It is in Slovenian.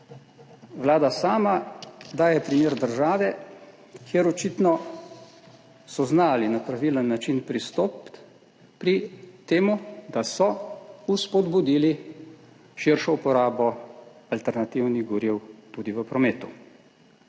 Vlada sama daje primer države, kjer so očitno znali na pravilen način pristopiti k temu, da so spodbudili širšo uporabo alternativnih goriv tudi v prometu.